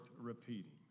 repeating